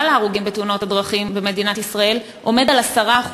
ההרוגים בתאונות הדרכים במדינת ישראל הוא 10%,